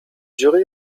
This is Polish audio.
dziury